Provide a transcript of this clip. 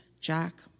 Jack